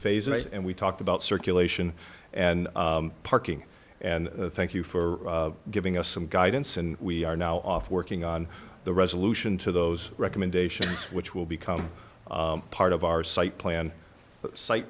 phase and we talked about circulation and parking and thank you for giving us some guidance and we are now off working on the resolution to those recommendations which will be part of our site plan site